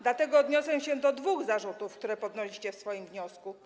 Dlatego odniosę się do dwóch zarzutów, które podnieśliście w swoim wniosku.